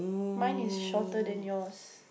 mine is shorter than yours